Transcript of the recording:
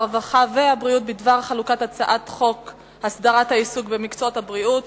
הרווחה והבריאות בדבר חלוקת הצעת חוק הסדרת העיסוק במקצועות הבריאות